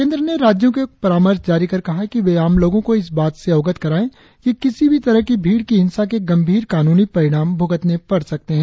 केंद्र ने राज्यों को एक परामर्श जारी कर कहा है कि वे आम लोगों को इस बात से अवगत कराएं कि किसी भी तरह की भीड़ की हिंसा के गंभीर कानूनी परिणाम भुगतने पड़ सकते हैं